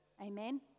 amen